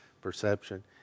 perception